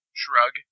shrug